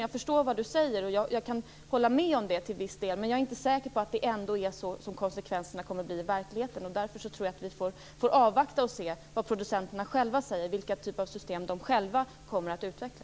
Jag förstår vad Lennart Daléus säger och håller till viss del med. Men jag är inte säker på att konsekvenserna kommer att bli sådana i verkligheten. Därför får vi avvakta och se vad producenterna själva säger och vilka typer av system de själva kommer att utveckla.